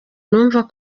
yumvaga